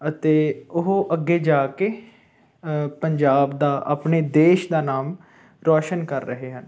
ਅਤੇ ਉਹ ਅੱਗੇ ਜਾ ਕੇ ਪੰਜਾਬ ਦਾ ਆਪਣੇ ਦੇਸ਼ ਦਾ ਨਾਮ ਰੌਸ਼ਨ ਕਰ ਰਹੇ ਹਨ